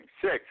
six